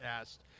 asked